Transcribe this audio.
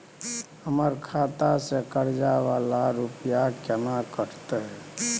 हमर खाता से कर्जा वाला रुपिया केना कटते?